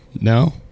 no